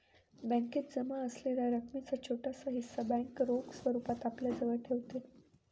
बॅकेत जमा असलेल्या रकमेचा छोटासा हिस्सा बँक रोख स्वरूपात आपल्याजवळ ठेवते